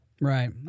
Right